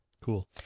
Cool